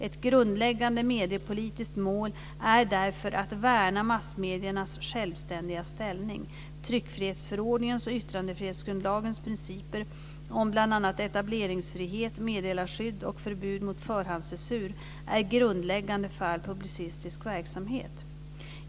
Ett grundläggande mediepolitiskt mål är därför att värna massmediernas självständiga ställning. Tryckfrihetsförordningens och yttrandefrihetsgrundlagens principer om bl.a. etableringsfrihet, meddelarskydd och förbud mot förhandscensur är grundläggande för all publicistisk verksamhet.